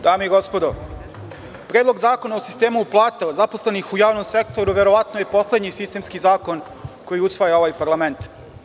Dame i gospodo, Predlog zakona o sistemu plata zaposlenih u javnom sektoru verovatno je i poslednji sistemski zakon koji usvaja ovaj parlament.